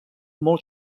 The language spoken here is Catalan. molt